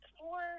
four